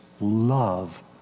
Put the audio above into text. love